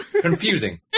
Confusing